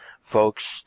folks